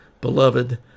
beloved